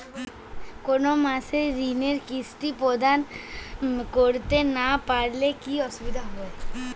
কোনো মাসে ঋণের কিস্তি প্রদান করতে না পারলে কি অসুবিধা হবে?